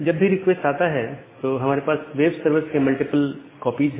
जब भी रिक्वेस्ट आता है तो हमारे पास वेब सर्वर्स के मल्टीपल कॉपीज है